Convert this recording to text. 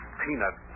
peanut